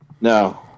No